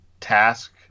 Task